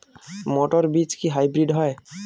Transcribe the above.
মটর বীজ কি হাইব্রিড হয়?